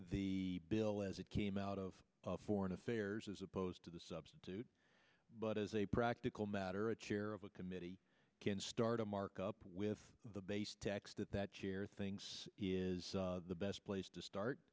the bill as it came out of foreign affairs as opposed to the substitute but as a practical matter a chair of a committee can start a markup with the base tax that that chair thinks is the best place to start